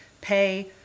pay